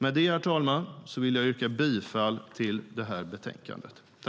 Med det, herr talman, yrkar jag bifall till förslaget i utlåtandet.